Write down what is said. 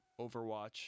Overwatch